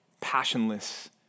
passionless